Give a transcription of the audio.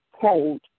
cold